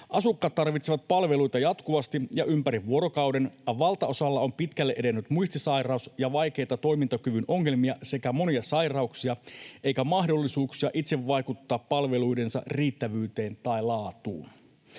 Asukkaat tarvitsevat palveluita jatkuvasti ja ympäri vuorokauden, valtaosalla on pitkälle edennyt muistisairaus ja vaikeita toimintakyvyn ongelmia sekä monia sairauksia eikä mahdollisuuksia itse vaikuttaa palveluidensa riittävyyteen tai laatuun.